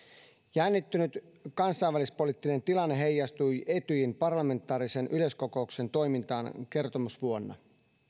jännittynyt kansainvälispoliittinen tilanne heijastui etyjin parlamentaarisen yleiskokouksen toimintaan kertomusvuonna